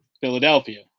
Philadelphia